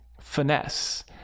finesse